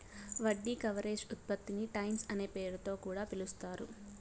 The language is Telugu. వడ్డీ కవరేజ్ ఉత్పత్తిని టైమ్స్ అనే పేరుతొ కూడా పిలుస్తారు